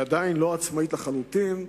היא עדיין לא עצמאית לחלוטין,